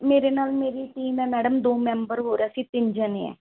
ਮੇਰੇ ਨਾਲ ਮੇਰੀ ਟੀਮ ਹੈ ਮੈਡਮ ਦੋ ਮੈਂਬਰ ਹੋਰ ਹੈ ਅਸੀਂ ਤਿੰਨ ਜਣੇ ਹੈ